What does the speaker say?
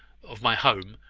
of my home,